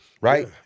right